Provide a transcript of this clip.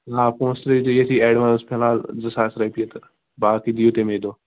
نہَ پۅنٛسہٕ ترٛٲوِو تُہۍ ییٚتھی ایٚڈوانٕس فِلحال زٕ ساس رۄپیہِ تہٕ باقٕے دِیِو تَمے دۄہ